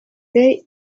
they